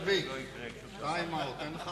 זאב, time-out, אין לך